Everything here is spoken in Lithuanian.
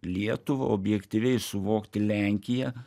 lietuvą objektyviai suvokti lenkiją